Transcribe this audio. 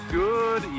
good